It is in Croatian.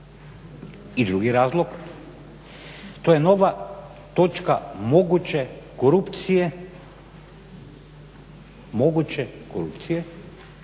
I drugi razlog, to je nova točka moguće korupcije jer bi